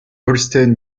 holstein